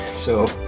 so